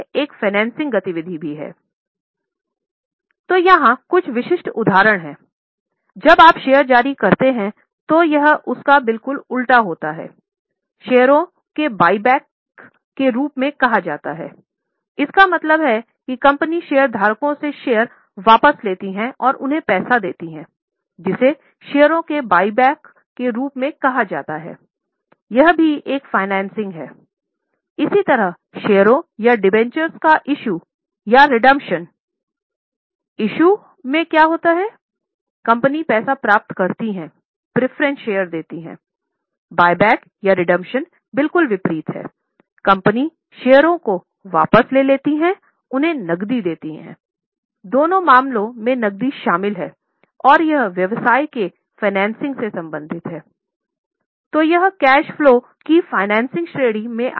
slide समय देखें 1801 तो यहाँ कुछ विशिष्ट उदाहरण हैं जब आप शेयर जारी करते हैं तो यह उसका बिल्कुल उल्टा होता है शेयरों के बायबैक श्रेणी में आएगा